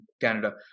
Canada